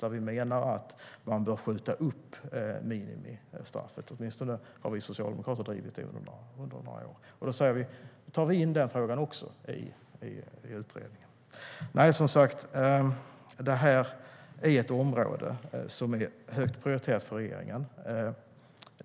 Där menar vi att man bör höja minimistraffet - åtminstone har vi socialdemokrater drivit det under några år. Vi säger att också den frågan ska tas in i utredningen. Som sagt är detta ett område som är högt prioriterat för regeringen.